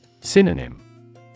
Synonym